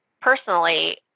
Personally